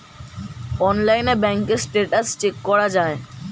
অনলাইনে ব্যাঙ্কের status check করা যায়